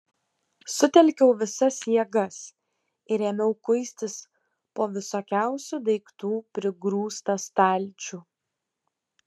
sutelkiau visas jėgas ir ėmiau kuistis po visokiausių daiktų prigrūstą stalčių